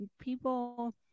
people